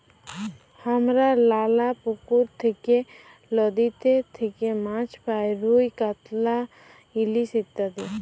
হামরা লালা পুকুর থেক্যে, লদীতে থেক্যে মাছ পাই রুই, কাতলা, ইলিশ ইত্যাদি